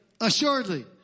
assuredly